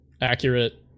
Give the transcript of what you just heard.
accurate